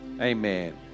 amen